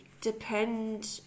depend